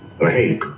Hey